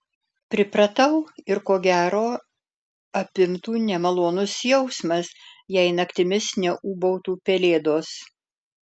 pripratau ir ko gero apimtų nemalonus jausmas jei naktimis neūbautų pelėdos